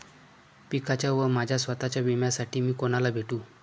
पिकाच्या व माझ्या स्वत:च्या विम्यासाठी मी कुणाला भेटू?